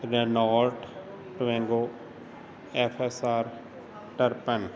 Renault Twingo ਐਫਾਸਾਰ ਟਰਪਨ